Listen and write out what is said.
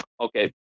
Okay